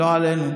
לא עלינו.